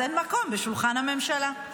אז אין מקום בשולחן הממשלה.